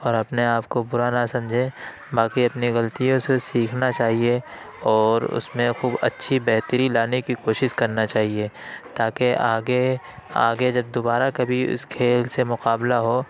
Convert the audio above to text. اور اپنے آپ کو برا نہ سمجھیں باقی اپنی غلطیوں سے سیکھنا چاہیے اور اس میں خوب اچھی بہتری لانے کی کوشش کرنا چاہیے تاکہ آگے آگے جب دوبارہ کبھی اس کھیل سے مقابلہ ہو